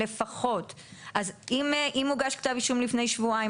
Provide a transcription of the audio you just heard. אז אם הוגש כתב אישום לפני שבועיים,